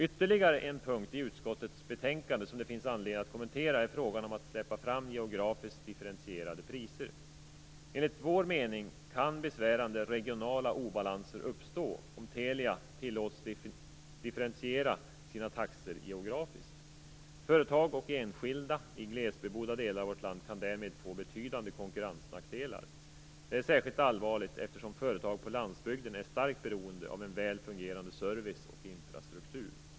Ytterligare en punkt i utskottets betänkande som det finns anledning att kommentera är frågan om att släppa fram geografiskt differentierade priser. Enligt vår mening kan besvärande regionala obalanser uppstå om Telia tillåts differentiera sina taxor geografiskt. Företag och enskilda i glesbebodda delar av vårt land kan därmed få betydande konkurrensnackdelar. Detta är särskilt allvarligt, eftersom företag på landsbygden är starkt beroende av en väl fungerande service och infrastruktur.